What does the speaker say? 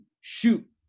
shoot